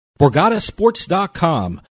BorgataSports.com